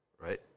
right